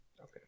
Okay